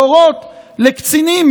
להורות לקצינים,